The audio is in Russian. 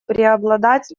преобладать